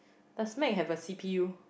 does Mac have a C_P_U